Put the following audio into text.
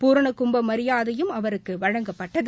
பூரணகும்பமரியாதையும் அவருக்குவழங்கப்பட்டது